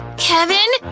kevin!